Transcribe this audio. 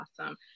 awesome